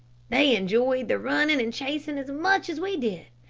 they enjoyed the running and chasing as much as we did,